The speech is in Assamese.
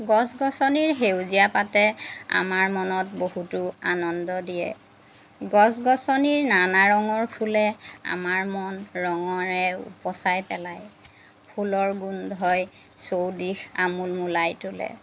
গছ গছনিৰ সেউজীয়া পাতে আমাৰ মনত বহুতো আনন্দ দিয়ে গছ গছনিৰ নানা ৰঙৰ ফুলে আমাৰ মন ৰঙৰে উপচাই পেলাই ফুলৰ গোন্ধই চৌদিশ আমোলমোলাই তোলে